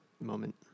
moment